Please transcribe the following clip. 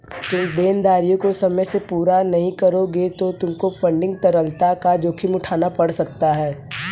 तुम देनदारियों को समय से पूरा नहीं करोगे तो तुमको फंडिंग तरलता का जोखिम उठाना पड़ सकता है